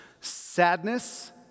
Sadness